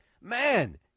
man